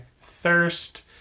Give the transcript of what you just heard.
thirst